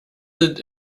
sind